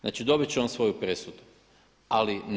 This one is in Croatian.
Znači, dobit će on svoju presudu.